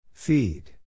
Feed